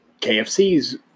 KFC's